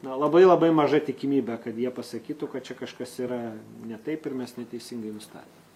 na labai labai maža tikimybė kad jie pasakytų kad čia kažkas yra ne taip ir mes neteisingai nustatėm